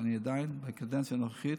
ואני עדיין בקדנציה הנוכחית.